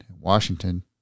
Washington